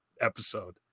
episode